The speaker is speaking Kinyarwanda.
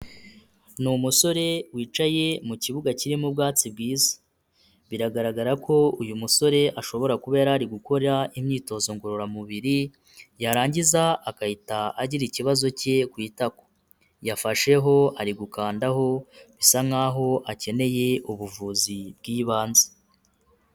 Ni umusore wicaye mu kibuga kirimo ubwatsi bwiza. Biragaragara ko uyu musore ashobora kuba yari ari gukora imyitozo ngororamubiri, yarangiza agahita agira ikibazo cye ku itako. Yafasheho ari gukandaho bisa nkaho akeneye ubuvuzi bw'ibanze.